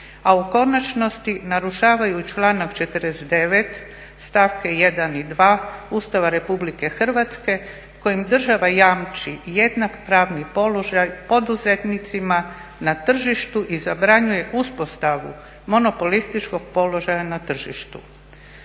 a u konačnosti narušavaju članak 49. stavka 1. i 2. Ustava Republike Hrvatske kojim država jamči jednak pravni položaj poduzetnicima na tržištu i zabranjuje uspostavu monopolističkog položaja na tržištu.